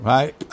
Right